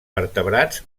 vertebrats